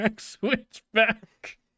switchback